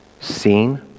seen